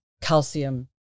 calcium